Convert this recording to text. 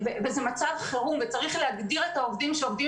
זה מצב חרום וצריך להגדיר את העובדים שעובדים